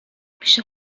پیش